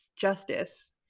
justice